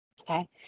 okay